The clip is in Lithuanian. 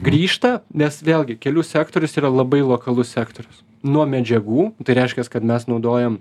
grįžta nes vėlgi kelių sektorius yra labai lokalus sektorius nuo medžiagų tai reiškias kad mes naudojam